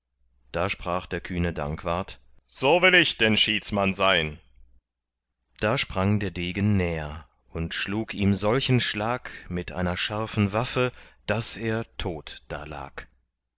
da sprach der kühne dankwart so will ich denn schiedsmann sein da sprang der degen näher und schlug ihm solchen schlag mit einer scharfen waffe daß er tot da lag